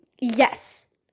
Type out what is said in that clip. Yes